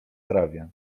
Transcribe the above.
trawie